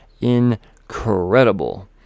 incredible